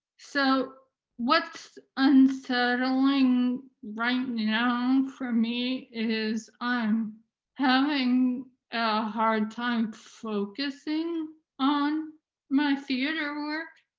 so what's unsettling right now for me is, i'm having a hard time focusing on my theater work.